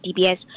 DBS